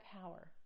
power